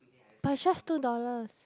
but it's just two dollars